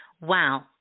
Wow